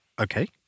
Okay